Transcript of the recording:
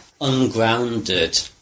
ungrounded